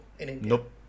nope